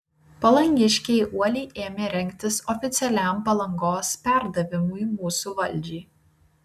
palangiškiai uoliai ėmė rengtis oficialiam palangos perdavimui mūsų valdžiai